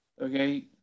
okay